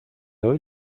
hoy